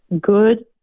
good